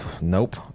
nope